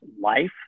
life